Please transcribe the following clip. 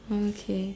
mm okay